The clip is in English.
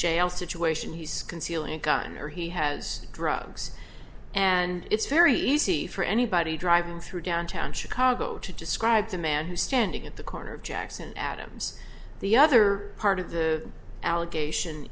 jail situation he's concealing a gun or he has drugs and it's very easy for anybody driving through downtown chicago to describe the man who's standing at the corner of jackson adams the other part of the allegation